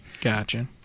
Gotcha